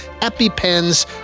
EpiPens